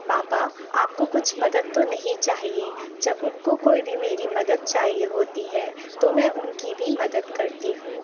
پاپا آپ کو کچھ مدد تو نہیں چاہیے جب ان کو کوئی بھی میری مدد چاہیے ہوتی ہے تو میں ان کی بھی مدد کرتی ہوں